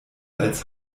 als